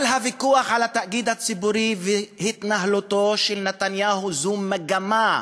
כל הוויכוח על התאגיד הציבורי והתנהלותו של נתניהו הם מגמה,